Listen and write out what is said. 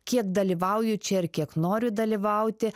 kiek dalyvauju čia ir kiek noriu dalyvauti